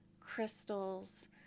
crystals